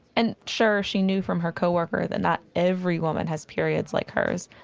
and sure, she knew from her coworker that not every woman has periods like hers,